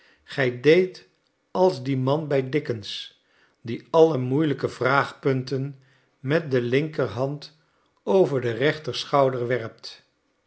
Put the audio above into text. gij deet als die man bij dickens die alle moeielijke vraagpunten met den linkerhand over den rechterschouder werpt